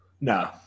No